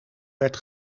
werd